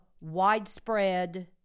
widespread